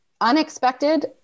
unexpected